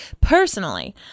Personally